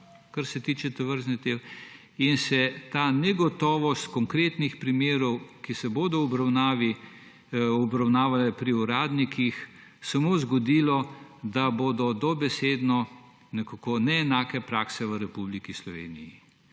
kar se tiče tovrstnih zadev, in te negotovosti v konkretnih primerih, ki se bodo obravnavali pri uradnikih, samo zgodilo, da bodo dobesedno nekako neenake prakse v Republiki Sloveniji.